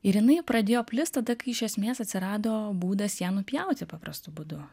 ir jinai pradėjo plist tada kai iš esmės atsirado būdas ją nupjauti paprastu būdu